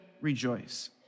rejoice